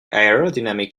aerodynamic